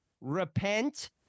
repent